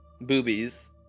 boobies